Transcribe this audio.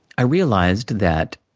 i realized that